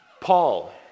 Paul